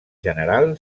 general